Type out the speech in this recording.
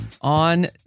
on